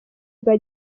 bwa